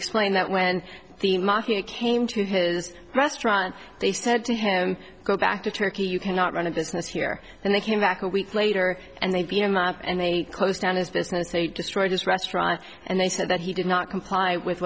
explained that when the market came to his restaurant they said to him go back to turkey you cannot run a business here and they came back a week later and they beat him up and they closed down his business they destroyed his restaurant and they said that he did not comply with